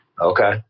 Okay